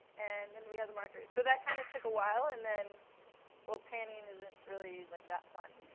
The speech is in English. and then we have the markers. so that kind of took a while, and then well, panning isn't really, like, that fun.